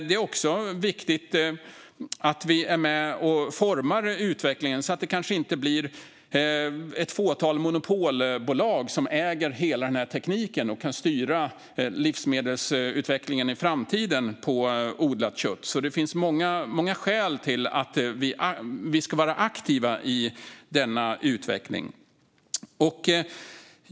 Det är också viktigt att vi är med och formar utvecklingen så att det kanske inte blir ett fåtal monopolbolag som äger hela den här tekniken och kan styra livsmedelsutvecklingen när det gäller odlat kött i framtiden. Det finns alltså många skäl till att vi ska vara aktiva i denna utveckling.